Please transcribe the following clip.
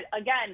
again